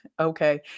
Okay